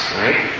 right